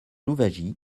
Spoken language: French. louwagie